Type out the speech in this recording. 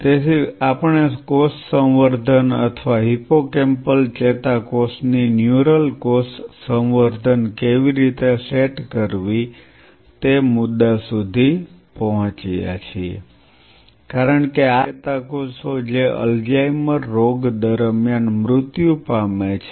તેથી આપણે કોષ સંવર્ધન અથવા હિપ્પોકેમ્પલ ચેતાકોષની ન્યુરલ કોષ સંવર્ધન કેવી રીતે સેટ કરવી તે મુદ્દા સુધી પહોંચ્યા કારણ કે આ ચેતાકોષો છે જે અલ્ઝાઇમર રોગ દરમિયાન મૃત્યુ પામે છે